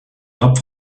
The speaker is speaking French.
rap